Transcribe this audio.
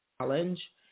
challenge